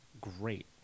great